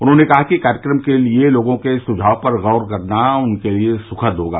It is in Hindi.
उन्होंने कहा कि कार्यक्रम के लिए लोगों के सुझाव पर गौर करना उनके लिए सुखद होगा